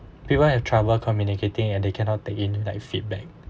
people have trouble communicating and they cannot take in like feedback